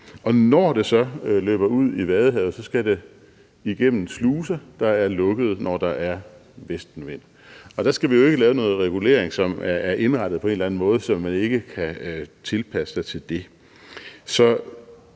når det så løber ud i Vadehavet, skal det igennem sluser, der er lukkede, når der er vestenvind. Og der skal vi jo ikke lave noget regulering, som er indrettet på en eller anden måde, så man ikke kan tilpasse sig til det.